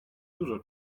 dużo